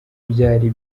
byari